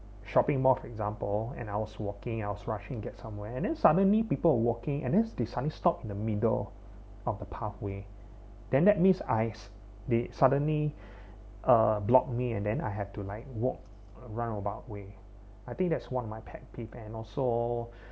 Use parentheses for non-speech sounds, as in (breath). shopping mall for example and I was walking I was rushing get somewhere and then suddenly people walking and then they suddenly stopped in the middle of the pathway then that means I s~ they suddenly (breath) uh block me and then I had to like walk a roundabout way I think that's one of my pet peeve and also (breath)